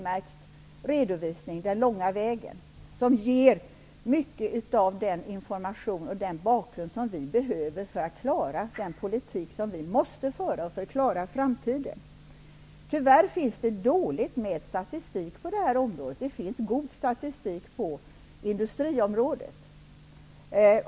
Här ges mycket av den information och bakgrund som vi behöver för att kunna föra en politik för framtiden. Tyvärr finns det dåligt med statistik för detta område. Det finns god statistik på industriområdet.